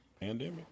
Pandemic